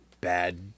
Bad